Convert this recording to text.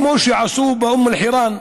כמו שעשו באום אל-חיראן.